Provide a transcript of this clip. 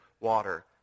water